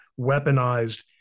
weaponized